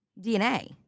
DNA